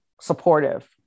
supportive